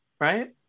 Right